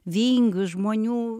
vingius žmonių